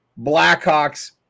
Blackhawks